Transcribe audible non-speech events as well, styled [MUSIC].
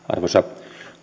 [UNINTELLIGIBLE] arvoisa